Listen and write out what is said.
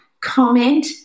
comment